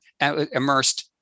immersed